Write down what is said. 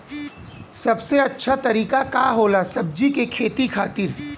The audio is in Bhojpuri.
सबसे अच्छा तरीका का होला सब्जी के खेती खातिर?